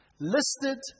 listed